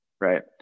right